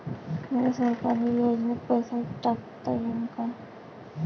मले सरकारी योजतेन पैसा टाकता येईन काय?